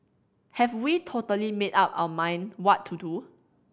have we totally made up our mind what to do